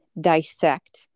dissect